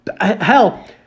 Hell